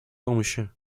помощи